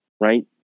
Right